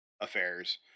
affairs